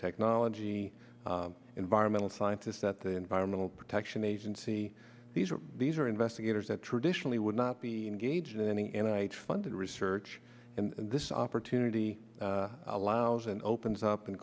nanotechnology environmental scientists that the environmental protection agency these are these are investigators that traditionally would not be engaged in a night funded research and this opportunity allows and opens up and